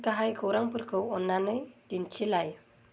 गाहाय खौरांफोरखौ अन्नानै दिन्थिलाय